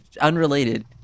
unrelated